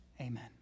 Amen